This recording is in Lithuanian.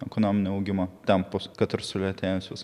ekonominio augimo tempus kad ir sulėtėjusius